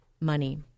money